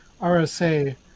RSA